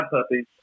puppies